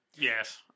Yes